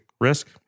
risk